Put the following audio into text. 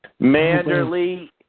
Manderly